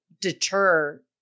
deter